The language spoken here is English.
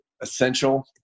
essential